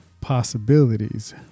possibilities